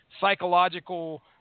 psychological